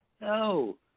No